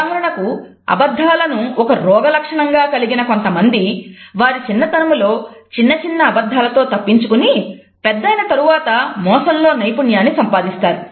ఉదాహరణకు అబద్ధాలను ఒక రోగ లక్షణం గా కలిగిన కొంతమంది వారి చిన్నతనములో చిన్న చిన్న అబద్ధాల తో తప్పించుకుని పెద్దయిన తరువాత మోసం లో నైపుణ్యాన్ని సంపాదిస్తారు